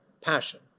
passion